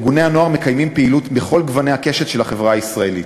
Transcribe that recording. ארגוני הנוער מקיימים פעילות בכל גוני הקשת של החברה הישראלית: